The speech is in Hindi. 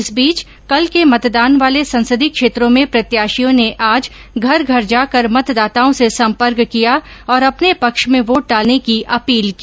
इस बीच कल के मतदान वाले संसदीय क्षेत्रों में प्रत्याशियों ने आज घर घर जाकर मतदाताओं से सम्पर्क किया और अपने पक्ष में वोट डालने की अपील की